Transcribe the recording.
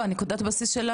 לא, נקודת הבסיס,